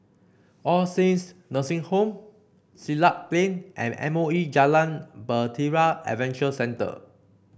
All Saints Nursing Home Siglap Plain and M O E Jalan Bahtera Adventure Centre